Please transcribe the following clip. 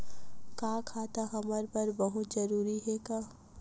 का खाता हमर बर बहुत जरूरी हे का?